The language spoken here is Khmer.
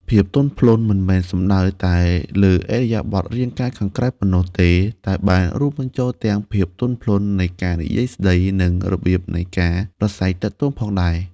ភាពទន់ភ្លន់មិនមែនសំដៅតែលើឥរិយាបថរាងកាយខាងក្រៅប៉ុណ្ណោះទេ តែបានរួមបញ្ចូលទាំងភាពទន់ភ្លន់នៃការនិយាយស្ដី និងរបៀបនៃការប្រាស្រ័យទាក់ទងផងដែរ។